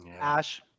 Ash